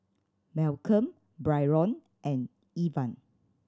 Malcolm Byron and Evan